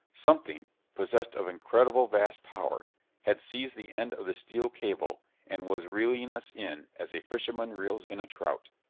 something possessed of incredibly vast power had seized the end of the steel cable and was reeling us in as a fisherman reels in a trout!